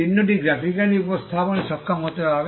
চিহ্নটি গ্রাফিক্যালি উপস্থাপনে সক্ষম হতে হবে